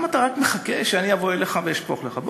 למה אתה רק מחכה שאני אבוא אליך ואשפוך לך?